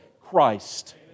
Christ